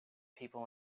people